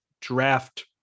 draft